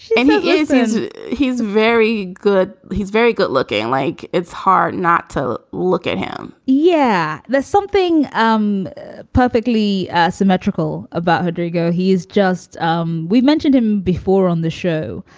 and he is he's he's very good. he's very good looking like it's hard not to look at him yeah, there's something um perfectly symmetrical about rodrigo. he is just um we've mentioned him before on the show,